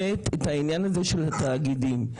עניין התאגידים,